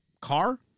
Car